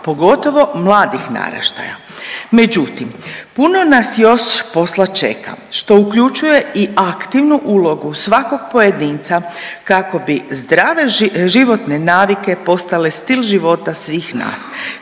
pogotovo mladih naraštaja. Međutim, puno nas još posla čeka što uključuje i aktivnu ulogu svakog pojedinca kako bi zdrave životne navike postale stil života svih nas.